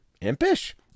Impish